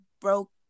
broke